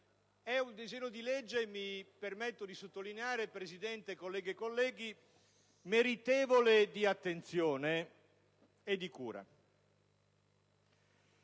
È un disegno di legge - mi permetto di sottolinearlo, signora Presidente, colleghe e colleghi - meritevole di attenzione e di cura.